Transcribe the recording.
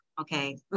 Okay